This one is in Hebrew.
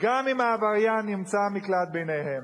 גם אם העבריין ימצא מקלט ביניהם.